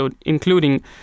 including